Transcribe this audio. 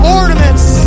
ornaments